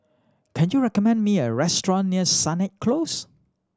can you recommend me a restaurant near Sennett Close